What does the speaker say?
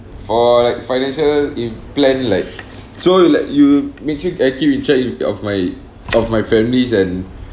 for like financial in plan like so you like you make sure I keep in check in of my of my families and